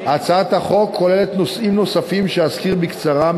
הצעת החוק כוללת נושאים נוספים שאזכיר בקצרה,